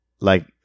Like-